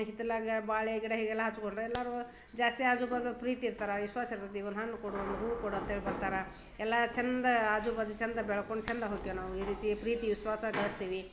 ಹಿತ್ತಲಾಗ ಬಾಳೆಗಿಡ ಹೀಗೆಲ್ಲ ಹಚ್ಚಿಕೊಂಡ್ರೆ ಎಲ್ಲರೂ ಜಾಸ್ತಿ ಆಜುಬಾಜು ಪ್ರೀತಿ ಇರ್ತಾರೆ ವಿಶ್ವಾಸ ಇರ್ತತಿ ಒಂದು ಹಣ್ಣು ಕೊಡು ಒಂದು ಹೂ ಕೊಡು ಅಂತೇಳಿ ಬರ್ತಾರೆ ಎಲ್ಲ ಚಂದ ಆಜುಬಾಜು ಚಂದ ಬೆಳ್ಕೊಂಡು ಚಂದ ಹೊಕ್ಯಾವ್ ನಾವು ಈ ರೀತಿ ಪ್ರೀತಿ ವಿಶ್ವಾಸ ಗಳಿಸ್ತೀವಿ